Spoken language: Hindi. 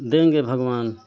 देंगे भगवान